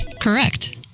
Correct